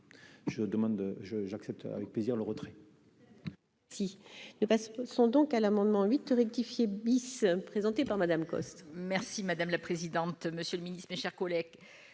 je demande je j'accepte avec plaisir le retrait. S'il ne passe pas, sont donc à l'amendement 8 rectifié bis présenté par Madame Coste. Merci madame la présidente, monsieur le Ministre, mes chers collègues,